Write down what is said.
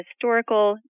historical